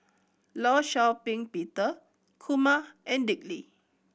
Law Shau Ping Peter Kumar and Dick Lee